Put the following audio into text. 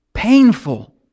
Painful